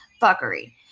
fuckery